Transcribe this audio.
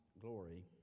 glory